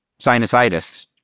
sinusitis